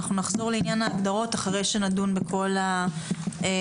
אנחנו נחזור לעניין ההגדרות אחרי שנדון בכל הדברים